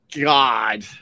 God